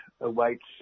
awaits